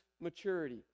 maturity